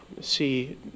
see